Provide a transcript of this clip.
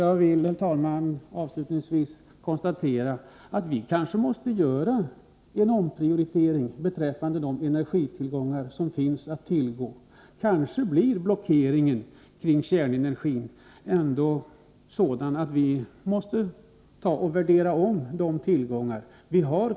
Jag vill, herr talman, avslutningsvis konstatera att vi kanske måste göra en omprioritering beträffande de energitillgångar som vi har att tillgå. Kanske blir blockeringen kring kärnenergin sådan att vi måste omvärdera de tillgångar som finns.